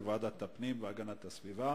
לסדר-היום בוועדת הפנים והגנת הסביבה.